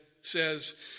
says